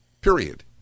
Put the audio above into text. period